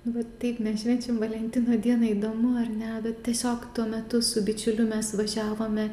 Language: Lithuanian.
va taip mes švenčiam valentino dieną įdomu ar ne bet tiesiog tuo metu su bičiuliu mes važiavome